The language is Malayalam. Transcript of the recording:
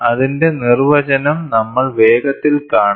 അതിന്റെ നിർവചനം നമ്മൾ വേഗത്തിൽ കാണും